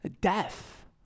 death